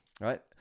right